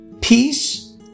peace